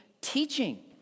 teaching